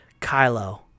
Kylo